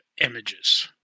images